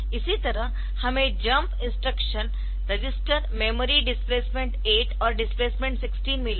इसी तरह हमें jump instruction register memory displacement 8 और डिस्प्लेसमेंट 16 मिला है